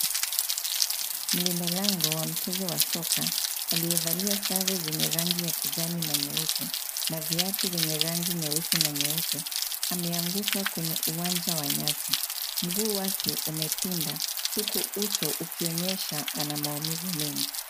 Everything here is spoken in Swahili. Mlinda lango wa mchezo wa soka, aliyevalia sare za rangi ya kijani ,na nyeupe na viatu zenye rangi nyeusi na nyeupe ,ameanguka kwenye uwanja wa nyasi. Mguu umepinda huku uso , ukionyesha ana maumivu mengi.